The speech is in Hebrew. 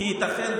כי ייתכן,